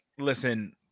Listen